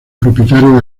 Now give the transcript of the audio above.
propietario